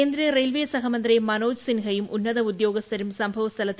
കേന്ദ്രറെയിൽവേ സഹമന്ത്രി മനോജ് സിൻഹയും ഉന്നത് ഉദ്യോഗസ്ഥരും സംഭവ സ്ഥലത്തെത്തി